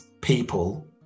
people